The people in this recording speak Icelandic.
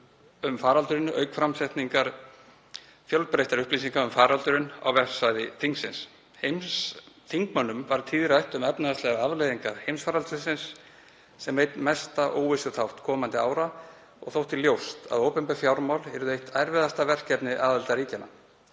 um faraldurinn auk framsetningar fjölbreyttra upplýsinga um faraldurinn á vefsvæði þingsins. Þingmönnum var tíðrætt um efnahagslegar afleiðingar heimsfaraldursins sem einn mesta óvissuþátt komandi ára og þótti ljóst að opinber fjármál yrðu eitt erfiðasta verkefni aðildarríkjanna.